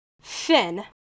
Finn